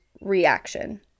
reaction